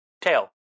tail